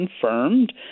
confirmed